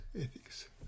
Ethics